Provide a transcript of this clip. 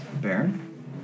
Baron